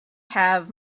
have